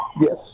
Yes